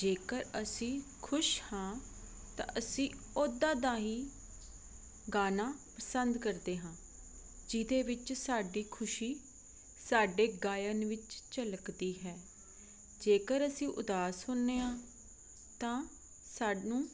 ਜੇਕਰ ਅਸੀਂ ਖੁਸ਼ ਹਾਂ ਤਾਂ ਅਸੀਂ ਉੱਦਾਂ ਦਾ ਹੀ ਗਾਣਾ ਪਸੰਦ ਕਰਦੇ ਹਾਂ ਜਿਹਦੇ ਵਿੱਚ ਸਾਡੀ ਖੁਸ਼ੀ ਸਾਡੇ ਗਾਇਨ ਵਿੱਚ ਝਲਕਦੀ ਹੈ ਜੇਕਰ ਅਸੀਂ ਉਦਾਸ ਹੁੰਦੇ ਹਾਂ ਤਾਂ ਸਾਨੂੰ